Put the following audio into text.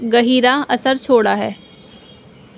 گہرا اثر چھوڑا ہے